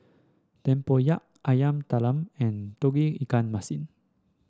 tempoyak Yam Talam and Tauge Ikan Masin